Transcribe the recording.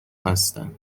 هستند